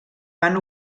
van